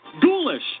Ghoulish